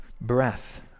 Breath